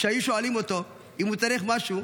כשהיו שואלים אותו אם הוא צריך משהו,